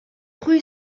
rue